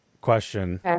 question